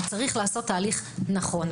אבל צריך לעשות תהליך נכון.